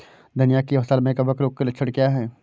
धनिया की फसल में कवक रोग के लक्षण क्या है?